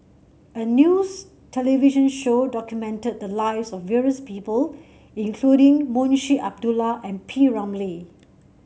a news television show documented the lives of various people including Munshi Abdullah and P Ramlee